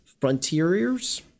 frontiers